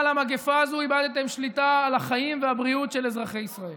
ההצבעה תהיה הצבעה שמית.